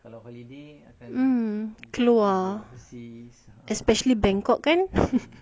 mm keluar especially bangkok kan